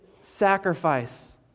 sacrifice